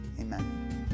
Amen